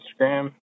Instagram